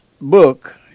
book